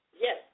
yes